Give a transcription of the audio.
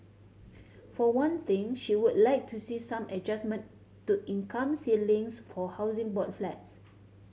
for one thing she would like to see some adjustment to income ceilings for Housing Board flats